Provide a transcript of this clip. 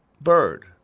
bird